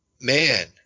man